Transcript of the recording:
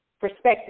perspective